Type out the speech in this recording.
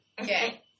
Okay